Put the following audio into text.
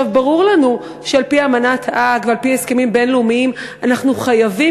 ברור לנו שעל-פי אמנת האג ועל-פי הסכמים בין-לאומיים אנחנו חייבים,